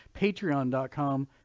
Patreon.com